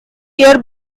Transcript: year